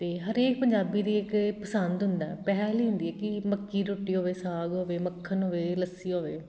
ਅਤੇ ਹਰੇਕ ਪੰਜਾਬੀ ਦੀ ਇੱਕ ਪਸੰਦ ਹੁੰਦਾ ਪਹਿਲ ਹੀ ਹੁੰਦੀ ਹੈ ਕਿ ਮੱਕੀ ਰੋਟੀ ਹੋਵੇ ਸਾਗ ਹੋਵੇ ਮੱਖਣ ਹੋਵੇ ਲੱਸੀ ਹੋਵੇ